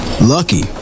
lucky